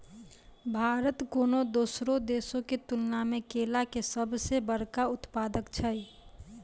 भारत कोनो दोसरो देशो के तुलना मे केला के सभ से बड़का उत्पादक छै